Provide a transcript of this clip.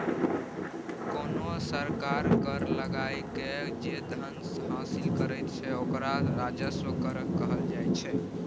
कोनो सरकार कर लगाकए जे धन हासिल करैत छै ओकरा राजस्व कर कहल जाइत छै